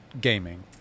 gaming